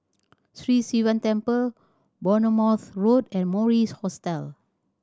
Sri Sivan Temple Bournemouth Road and Mori's Hostel